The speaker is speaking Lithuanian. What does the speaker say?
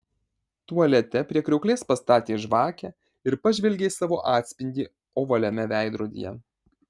tualete prie kriauklės pastatė žvakę ir pažvelgė į savo atspindį ovaliame veidrodyje